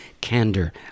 candor